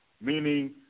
meaning